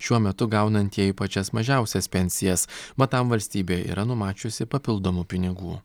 šiuo metu gaunantieji pačias mažiausias pensijas mat tam valstybė yra numačiusi papildomų pinigų